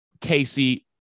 Casey